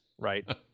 right